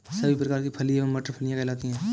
सभी प्रकार की फली एवं मटर फलियां कहलाती हैं